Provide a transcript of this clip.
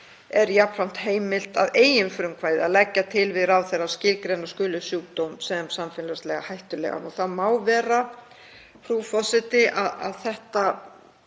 er jafnframt heimilt að eigin frumkvæði að leggja til við ráðherra að skilgreina skuli sjúkdóm sem samfélagslega hættulegan. Það má vera, frú forseti, að það